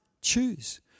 choose